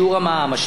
על-פי החוק,